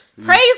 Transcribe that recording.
Praise